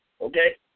Okay